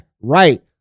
right